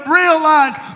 realized